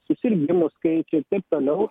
susirgimų skaičiai ir taip toliau